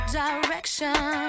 direction